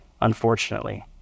unfortunately